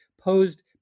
posed